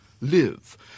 live